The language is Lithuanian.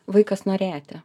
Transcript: vaikas norėti